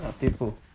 people